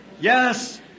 Yes